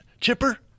Chipper